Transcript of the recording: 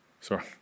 sorry